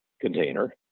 container